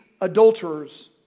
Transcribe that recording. adulterers